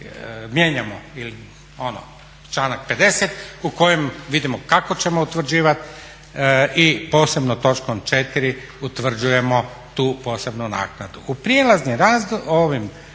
mijenjamo članak 50. u kojem vidimo kako ćemo utvrđivat i posebno točkom četiri utvrđujemo tu posebnu naknadu.